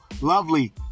lovely